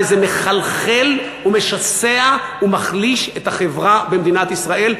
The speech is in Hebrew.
וזה מחלחל ומשסע ומחליש את החברה במדינת ישראל.